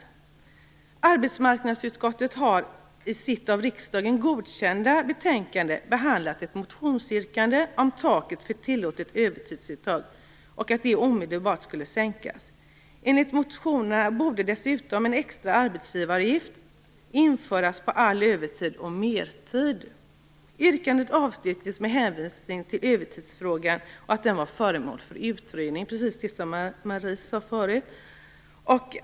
Arbetsmarknadsutskottet har i sitt av riksdagen godkända betänkande 1995/96:AU9 behandlat ett motionsyrkande om att taket för tillåtet övertidsuttag omedelbart skulle sänkas. Enligt motionärerna borde dessutom en extra arbetsgivaravgift införas på all övertid och mertid. Yrkandet avstyrktes med hänvisning till att övertidsfrågan var föremål för utredning, precis som Marie Engström sade förut.